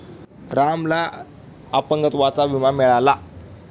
रामला अपंगत्वाचा विमा मिळाला